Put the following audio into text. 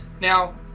Now